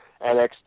NXT